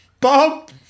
Bob